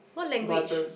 what language